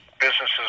businesses